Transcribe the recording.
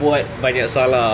buat banyak salah